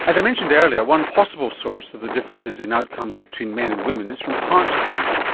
as i mentioned earlier, one possible source of the differences in outcomes between men and women is from heart disease.